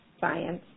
science